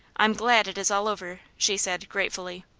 i'm glad it is all over, she said, gratefully.